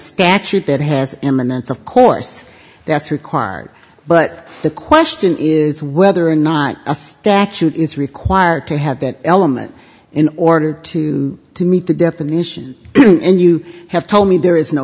statute that has imminence of course that's required but the question is whether or not a statute is required to have that element in order to to meet the definition and you have told me there is no